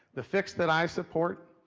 the fix that i support,